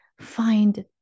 find